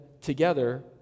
together